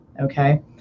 Okay